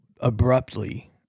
abruptly